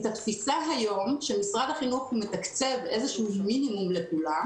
התפיסה היום היא שמשרד החינוך מתקצב איזה מינימום לכולם